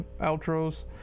outros